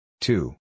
Two